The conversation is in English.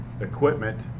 equipment